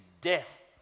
death